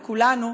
לכולנו,